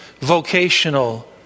vocational